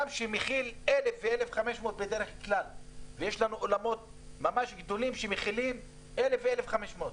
גדולים שמכילים בדרך כלל 1,000 ו-1,500,